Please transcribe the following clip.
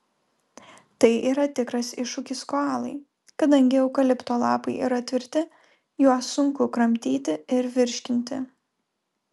tai yra tikras iššūkis koalai kadangi eukalipto lapai yra tvirti juos sunku kramtyti ir virškinti